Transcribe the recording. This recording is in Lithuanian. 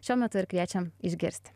šiuo metu ir kviečiam išgirsti